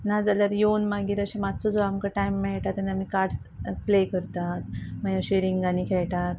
नाजाल्यार येवन मागीर अशे मातसो जो आमकां टायम मेळटा तेन्ना आमी कार्डस प्ले करतात मागीर शिरिंगांनी खेळटात